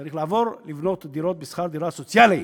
צריך לעבור לבנות דירות ולתת אותן בשכר-דירה סוציאלי.